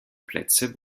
plätze